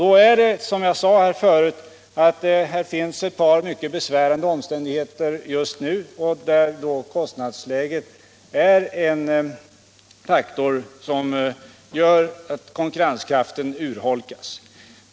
Det finns, som jag sade här förut, ett par mycket besvärande omständigheter just nu, och kostnadsläget är en av de faktorer som gör att konkurrenskraften urholkats.